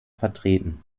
vertreten